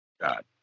God